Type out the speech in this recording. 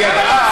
היא ידעה,